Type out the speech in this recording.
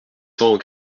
cent